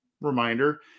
reminder